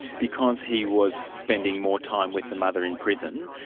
because he was spending more time with the mother in prison,